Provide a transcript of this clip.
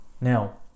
Now